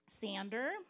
Sander